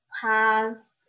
past